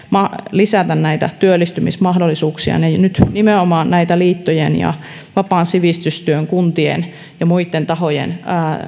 lisätä näitä työllistymismahdollisuuksia ja nyt nimenomaan lisätään liittojen ja vapaan sivistystyön kuntien ja muitten tahojen